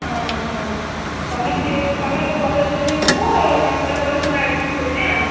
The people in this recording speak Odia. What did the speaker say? ହଁ ହଁ ତମେ ତମେ ପଚରାପଚାରି କି କୁହ କହି ସାରିଲାପରେ ମୁଁ ଗାଡ଼ି ଠିକ୍ କରିମି ଆଉ